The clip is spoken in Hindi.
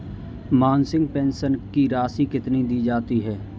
मासिक पेंशन की राशि कितनी दी जाती है?